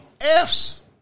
F's